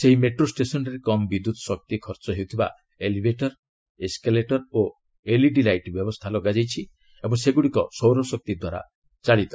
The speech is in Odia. ସେହି ମେଟ୍ରୋ ଷ୍ଟେସନରେ କମ୍ ବିଦ୍ୟୁତ୍ ଶକ୍ତି ଖଚ୍ଚ ହେଉଥିବା ଏଲିଭେଟର ଏସ୍କାଲେଟର ଓ ଏଲ୍ଇଡି ଲାଇଟ୍ ବ୍ୟବସ୍ଥା ଲଗାଯାଇଛି ଓ ସେଗୁଡ଼ିକ ସୌରଶକ୍ତି ଦ୍ୱାରା ଚାଲିଛି